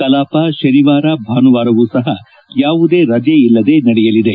ಕಲಾಪ ಶನಿವಾರ ಭಾನುವಾರವೂ ಸಪ ಯಾವುದೇ ರಜೆ ಇಲ್ಲದೆ ನಡೆಯಲಿದೆ